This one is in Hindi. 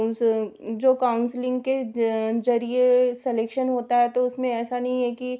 उस जो काउंसलिंग के जरिए सलेक्शन होता है तो उसमें ऐसा नहीं है कि